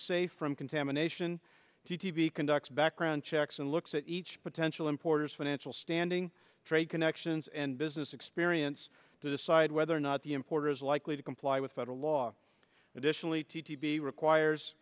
safe from contamination to t v conducts background checks and looks at each potential importers financial standing trade connections and business experience to decide whether or not the importer is likely to comply with federal law additionally tb requires